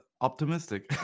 optimistic